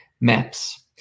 maps